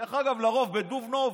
דרך אגב, לרוב בדובנוב,